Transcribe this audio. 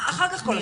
אחר כך כל השאר.